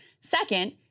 Second